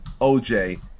OJ